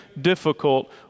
difficult